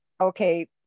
Okay